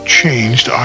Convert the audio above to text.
changed